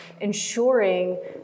ensuring